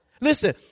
Listen